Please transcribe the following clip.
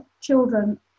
children